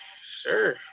sure